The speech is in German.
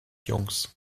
jungs